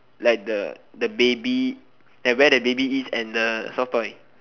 like the the baby like where the baby is and the soft toy